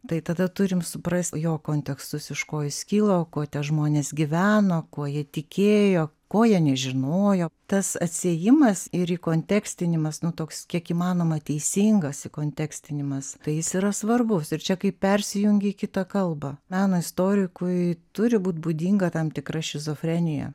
tai tada turim suprasti jo kontekstus iš ko jis kilo ko tie žmonės gyveno kuo jie tikėjo ko jie nežinojo tas atsiejimas ir įkontekstinimas nu toks kiek įmanoma teisingas įkontekstinimas tai jis yra svarbus ir čia kaip persijungi į kitą kalbą meno istorikui turi būt būdinga tam tikra šizofrenija